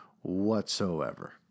whatsoever